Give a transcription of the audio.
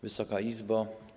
Wysoka Izbo!